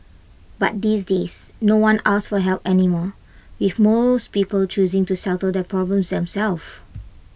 but these days no one asks for help anymore if most people choosing to settle their problems themselves